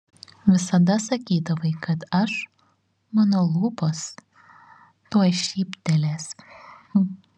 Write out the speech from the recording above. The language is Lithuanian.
visada sakydavai kad aš mano lūpos tuoj šyptelės